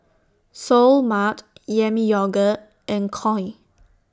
Seoul Mart Yami Yogurt and Koi